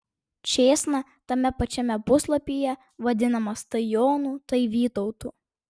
čėsna tame pačiame puslapyje vadinamas tai jonu tai vytautu